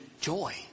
joy